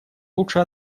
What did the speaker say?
лучше